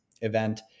event